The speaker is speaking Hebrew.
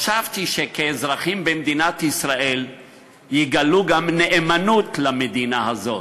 חשבתי שכאזרחים במדינת ישראל יגלו גם נאמנות למדינה הזאת,